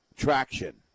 Traction